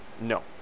No